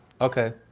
Okay